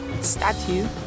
Statue